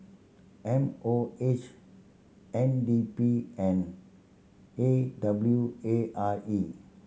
M O H N D P and A W A R E